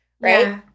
right